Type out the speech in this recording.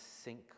sink